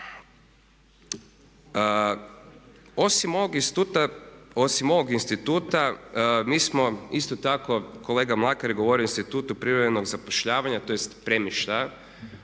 osim ovog instituta mi smo isto tako kolega Mlakar je govorio o institutu privremenog zapošljavanja, tj. premještaja.